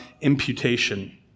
imputation